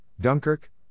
Dunkirk